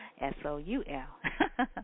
S-O-U-L